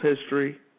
history